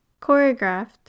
Choreographed